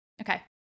Okay